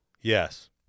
Yes